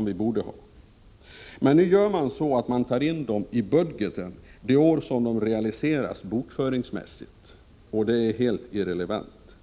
Nu gör man emellertid så att man tar in dem i budgeten det år som de realiseras bokföringsmässigt, vilket är helt irrelevant.